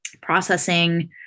processing